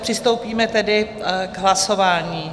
Přistoupíme tedy k hlasování.